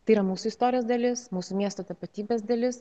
tai yra mūsų istorijos dalis mūsų miesto tapatybės dalis